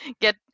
get